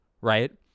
right